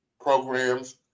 programs